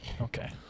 Okay